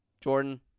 Jordan